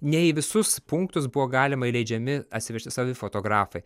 ne į visus punktus buvo galima įleidžiami atsivežti savi fotografai